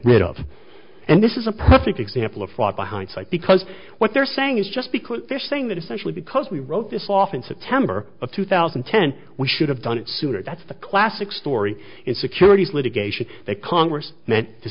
rid of and this is a perfect example of fraud behind cite because what they're saying is just because they're saying that essentially because we wrote this off in september of two thousand and ten we should have done it sooner that's the classic story in securities litigation that congress meant to